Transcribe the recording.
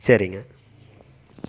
சரிங்க